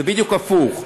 זה בדיוק הפוך,